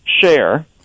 share